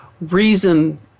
reason